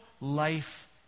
life